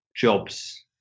jobs